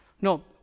No